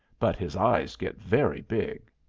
but his eyes get very big.